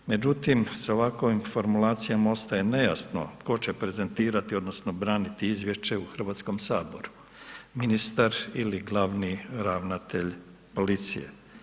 Međutim, sa ovakvim formulacijama, ostaje nejasno, tko će prezentirati, odnosno, braniti izvješće u Hrvatskom saboru, ministar ili glavni ravnatelj policije?